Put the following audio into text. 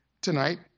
tonight